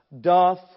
doth